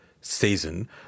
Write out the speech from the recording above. season